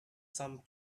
some